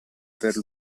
per